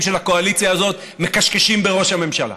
של הקואליציה הזאת מכשכשים בראש הממשלה?